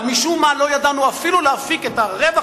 אבל משום מה לא ידענו אפילו להפיק את הרווח